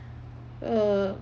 a